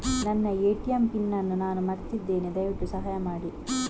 ನನ್ನ ATM PIN ಅನ್ನು ನಾನು ಮರ್ತಿದ್ಧೇನೆ, ದಯವಿಟ್ಟು ಸಹಾಯ ಮಾಡಿ